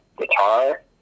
guitar